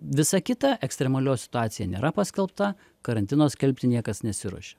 visa kita ekstremalioji situacija nėra paskelbta karantino skelbti niekas nesiruošia